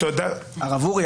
הרב אורי,